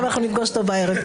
אנחנו נפגוש אותו בערב.